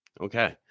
Okay